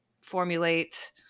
formulate